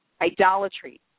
idolatry